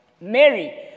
Mary